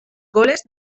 goles